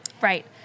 Right